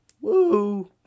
woo